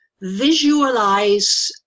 visualize